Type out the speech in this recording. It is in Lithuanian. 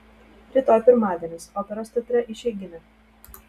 rytoj pirmadienis operos teatre išeiginė